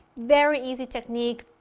very easy technique,